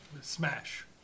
Smash